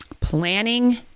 Planning